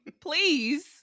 Please